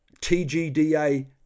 TGDA